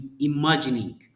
imagining